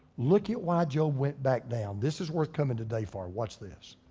look at why job went back down. this is worth coming to die for, watch this.